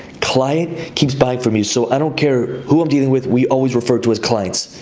client, keeps buying from you. so i don't care who i'm dealing with, we always refer to as clients.